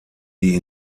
die